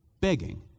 begging